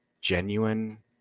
genuine